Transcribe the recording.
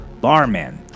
Barman